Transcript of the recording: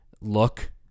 look